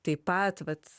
taip pat vat